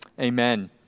amen